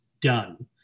done